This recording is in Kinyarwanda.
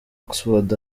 oxford